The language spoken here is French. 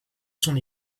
son